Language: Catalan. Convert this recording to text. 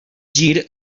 gir